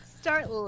start